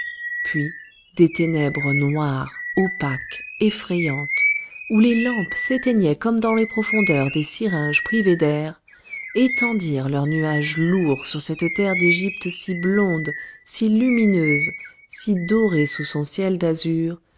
puis des ténèbres noires opaques effrayantes où les lampes s'éteignaient comme dans les profondeurs des syringes privées d'air étendirent leurs nuages lourds sur cette terre d'égypte si blonde si lumineuse si dorée sous son ciel d'azur